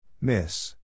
Miss